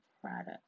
product